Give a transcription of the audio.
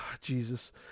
jesus